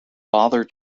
bother